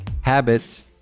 habits